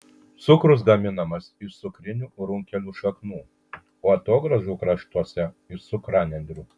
cukrus gaminamas iš cukrinių runkelių šaknų o atogrąžų kraštuose iš cukranendrių